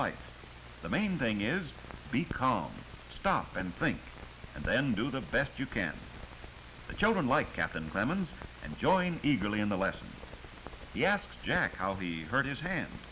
life the main thing is be calm stop and think and then do the best you can the children like captain clemons and join eagerly in the lesson he asks jack how the hurt his hand